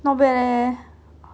not bad leh